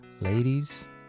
ladies